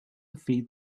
feed